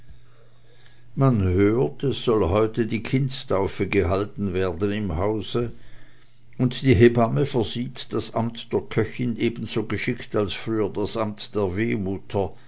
man hört es soll heute die kindstaufe gehalten werden im hause und die hebamme versieht das amt der köchin ebenso geschickt als früher das amt der wehmutter